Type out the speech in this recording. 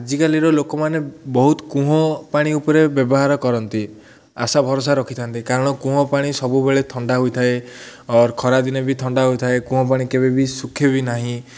ଆଜିକାଲିର ଲୋକମାନେ ବହୁତ କୂଅ ପାଣି ଉପରେ ବ୍ୟବହାର କରନ୍ତି ଆଶା ଭରସା ରଖିଥାନ୍ତି କାରଣ କୂଅ ପାଣି ସବୁବେଳେ ଥଣ୍ଡା ହୋଇଥାଏ ଅର୍ ଖରାଦିନେ ବି ଥଣ୍ଡା ହୋଇଥାଏ କୂଅ ପାଣି କେବେ ବି ସୁଖେ ବି ନାହିଁ